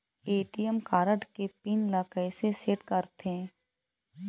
ATM card के pin ला कैसे सेट करथे?